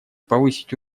повысить